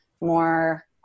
more